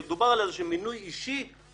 למה זה לא יהיה הסמנכ"ל אחר כך או ראש האגף?